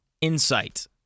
insight